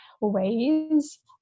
ways